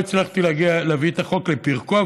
לא הצלחתי להגיע להביא את החוק לפרקו,